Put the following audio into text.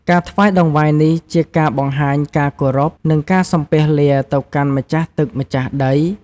ការថ្វាយតង្វាយនេះជាការបង្ហាញការគោរព និងការសំពះលា ទៅកាន់ម្ចាស់ទឹកម្ចាស់ដី។